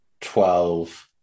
twelve